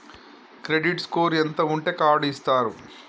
Credit score ఎంత ఉంటే card ఇస్తారు?